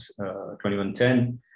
2110